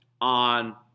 on